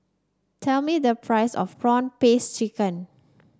tell me the price of prawn paste chicken